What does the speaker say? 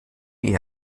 die